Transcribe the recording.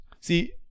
See